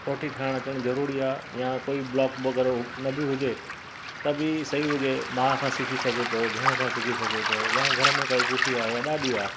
रोटी ठाहिणु अचणु ज़रूरी आहे या कोई ब्लोक वग़ैरह न बि हुजे त बि सही हुजे माउ खां सिखी सघे थो भेण खां सिखी सघे थो या घर में काई फुफी आहे या ॾाॾी आहे